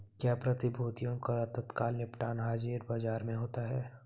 क्या प्रतिभूतियों का तत्काल निपटान हाज़िर बाजार में होता है?